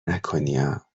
نکنیا